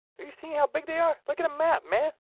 you see how big they are? look at a map, man.